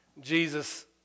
Jesus